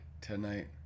tonight